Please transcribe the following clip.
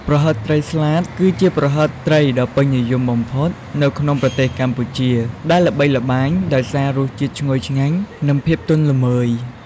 ប្រហិតត្រីស្លាត គឺជាប្រហិតត្រីដ៏ពេញនិយមបំផុតមួយនៅក្នុងប្រទេសកម្ពុជា ដែលល្បីល្បាញដោយសាររសជាតិឈ្ងុយឆ្ងាញ់ និងភាពទន់ល្មើយ។